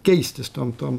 keistis tom tom